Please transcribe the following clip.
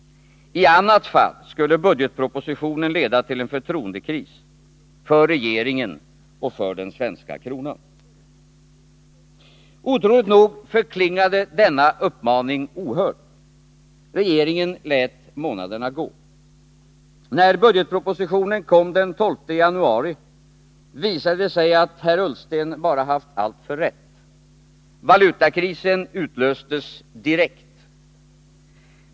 I annat fall skulle budgetpropositionen leda till en förtroendekris — för regeringen och för den svenska kronan. Otroligt nog förklingade denna uppmaning ohörd. Regeringen lät månaderna gå. När budgetpropositionen kom den 12 januari visade det sig att herr Ullsten bara haft alltför rätt. Valutakrisen utlöstes direkt.